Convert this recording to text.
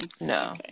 no